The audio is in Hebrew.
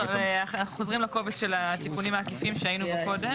אנחנו חוזרים לקובץ של התיקונים העקיפים שהיינו בו קודם.